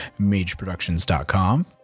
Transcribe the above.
MageProductions.com